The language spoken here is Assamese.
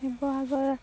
শিৱসাগৰ